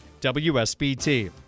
WSBT